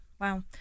Wow